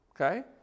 okay